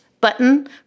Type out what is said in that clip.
button